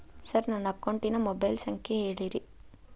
sir ನನ್ನ ಅಕೌಂಟಿನ mobile ಸಂಖ್ಯೆ ಹೇಳಿರಿ